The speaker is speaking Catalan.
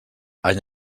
any